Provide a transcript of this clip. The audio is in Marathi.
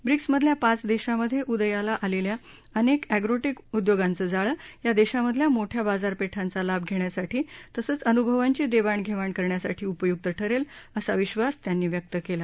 ब्रिक्समधल्या पाच देशांमधे उदयाला आलेल्या अनेक अध्वोटेक उदयोगांचं जाळं या देशांमधल्या मोठ्या बाजारपेठांचा लाभ घेण्यासाठी तसंच अनुभवांची देवाणघेवाण करण्यासाठी उपयुक्त ठरेल असा विश्वास त्यांनी व्यक्त केला